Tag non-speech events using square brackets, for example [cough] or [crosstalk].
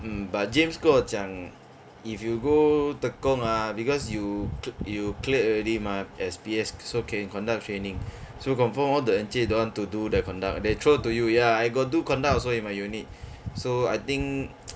mm but james 跟我讲 if you go tekong ah because you you cleared already mah as P_S so can conduct training so confirm all the encik don't want to do their conduct they throw to you ya I got do conduct also in my unit so I think [noise]